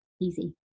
easy